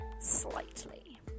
slightly